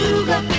Sugar